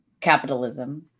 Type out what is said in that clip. capitalism